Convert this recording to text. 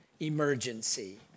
emergency